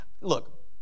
look